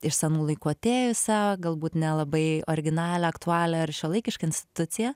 iš senų laikų atėjusią galbūt nelabai originalią aktualią ir šiuolaikišką instituciją